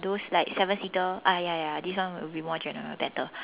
those like seven seater ah ya ya this one will be more general better